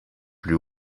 plus